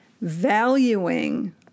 valuing